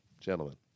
gentlemen